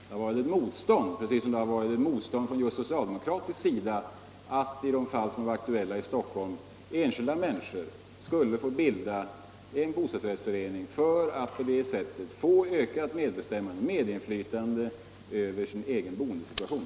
Det har varit ett motstånd, precis som det har varit ett motstånd just från socialdemokratisk sida mot att — i de fall som varit aktuella i Stockholm — enskilda människor skulle få bilda en bostadsrättsförening för att på det sättet få ökat medinflytande över sin egen boendesituation.